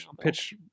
pitch